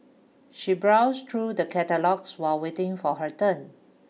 she browsed through the catalogues while waiting for her turn